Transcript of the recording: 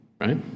Right